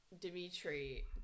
Dimitri